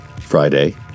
Friday